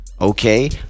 okay